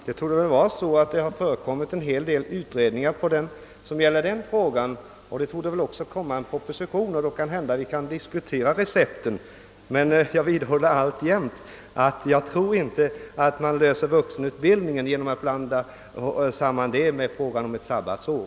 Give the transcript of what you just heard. Herr talman! Det torde ha företagits en hel del utredningar beträffande vuxenutbildningen och det torde också så småningom komma en proposition i saken, då vi alltså får tillfälle att diskutera de recept som herr Wiklund i Stockholm efterlyser. Men jag vidhåller alltjämt att frågan om vuxenutbildningen inte kan lösas bara genom att man i detta sammanhang blandar in frågan om ett sabbatsår.